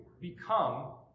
become